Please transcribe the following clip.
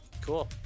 Cool